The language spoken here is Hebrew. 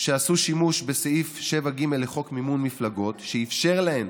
שעשו שימוש בסעיף 7ג לחוק מימון מפלגות, שאפשר להן